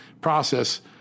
process